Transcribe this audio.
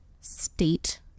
state